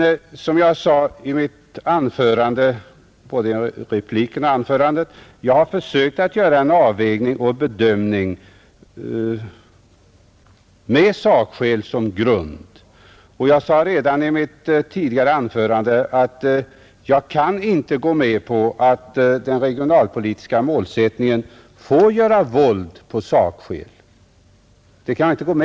Såsom jag sade både i mitt anförande och i min replik har jag försökt att göra en avvägning och en bedömning med sakskäl som grund. Jag sade redan i mitt tidigare anförande att jag inte kan gå med på att den regionalpolitiska målsättningen får göra våld på sakskälen.